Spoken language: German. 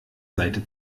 seite